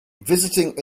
visiting